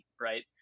right